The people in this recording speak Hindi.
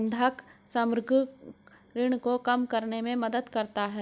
बंधक समग्र ऋण को कम करने में मदद करता है